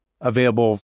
available